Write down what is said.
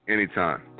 Anytime